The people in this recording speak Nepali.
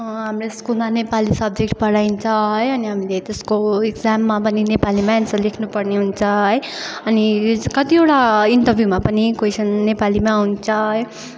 हाम्रो स्कुलमा नेपाली सब्जेक्ट पढाइन्छ है अनि हामीले त्यसको एग्जाममा पनि नेपालीमै एन्सर लेख्नुपर्ने हुन्छ है अनि कतिवटा इन्टरभ्यूमा पनि क्वेसन् नेपालीमा आउँछ